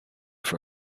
for